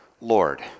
Lord